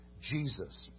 Jesus